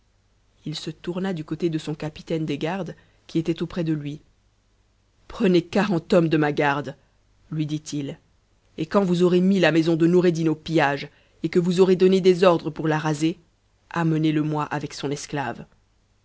il se tourna du côté de son capitaine des gardes qui était auprès de lui prenez quarante hommes de ma garde lui dit-il et quand vous aurex mis la maison de noureddin au pillage et que vous aurez donné des ordres pour la raser amenez-le-moi avec son esclave